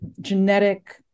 genetic